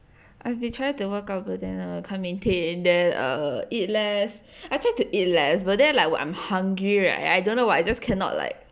I've been trying to work out but then um can't maintain then err eat less I try to eat less but then like I'm hungry right I don't know [what] I just cannot like